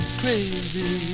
crazy